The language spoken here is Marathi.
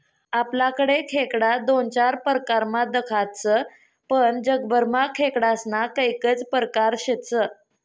आपलाकडे खेकडा दोन चार परकारमा दखातस पण जगभरमा खेकडास्ना कैकज परकार शेतस